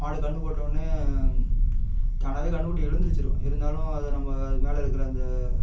மாடு கன்று போட்டவொன்னே தானாகவே கன்றுக்குட்டி எழுந்துருச்சிரும் இருந்தாலும் அதை நம்ம அது மேலே இருக்கிற அந்த